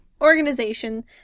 organization